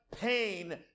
pain